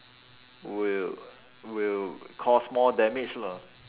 will will cause more damage lah